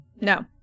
No